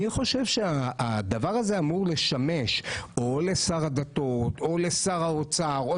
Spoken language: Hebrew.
אני חושב שהדבר הזה אמור לשמש או לשר הדתות או לשר האוצר או